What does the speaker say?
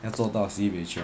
要做到 sibei 凶